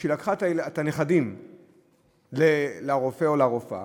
היא לקחה את הנכדים לרופא או לרופאה,